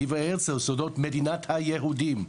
מדינת היהודים,